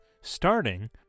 starting